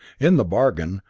in the bargain,